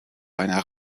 einer